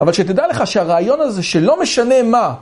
אבל שתדע לך שהרעיון הזה שלא משנה מה